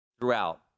throughout